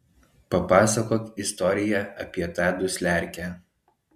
papasakok istoriją apie tą dusliarkę